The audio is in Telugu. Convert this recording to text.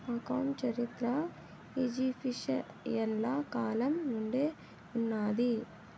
అకౌంట్ చరిత్ర ఈజిప్షియన్ల కాలం నుండే ఉన్నాది